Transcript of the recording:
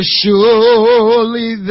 surely